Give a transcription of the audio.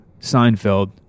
Seinfeld